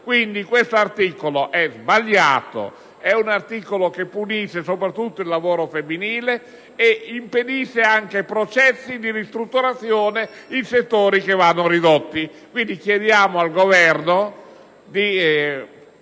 Quindi, l'articolo 11 è sbagliato. È un articolo che punisce soprattutto il lavoro femminile ed impedisce anche processi di ristrutturazione in settori che vanno ridotti. Chiediamo quindi